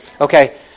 Okay